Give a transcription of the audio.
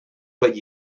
but